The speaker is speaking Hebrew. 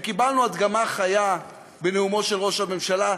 וקיבלנו הדגמה חיה בנאומו של ראש הממשלה.